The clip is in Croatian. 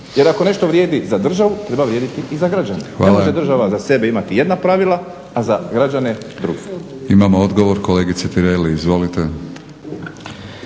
Jer ako nešto vrijedi za državu treba vrijediti i za građane. Ne može država za sebe imati jedna pravila a za građane druga. **Batinić, Milorad (HNS)** Hvala.